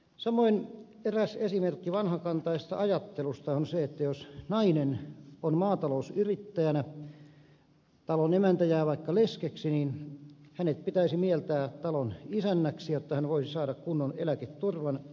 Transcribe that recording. samoin eräs esimerkki vanhakantaisesta ajattelusta on se että jos nainen on maatalousyrittäjänä talonemäntä jää vaikka leskeksi niin hänet pitäisi mieltää talonisännäksi jotta hän voisi saada kunnon eläketurvan